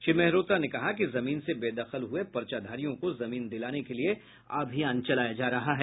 श्री मेहरोत्रा ने कहा कि जमीन से बेदखल हुए पर्चाधारियों को जमीन दिलाने के लिए अभियान चलाया जा रहा है